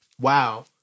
Wow